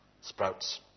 sprouts